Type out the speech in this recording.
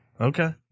Okay